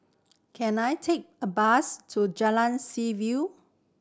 can I take a bus to Jalan Seaview